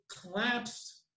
collapsed